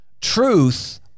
truth